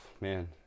Man